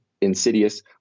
insidious